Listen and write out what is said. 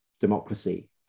democracy